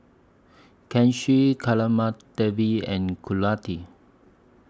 Kanshi and